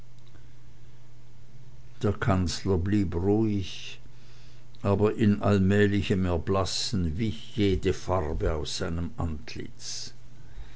der kanzler blieb ruhig aber im allmählichen erblassen wich jede farbe aus seinem antlitz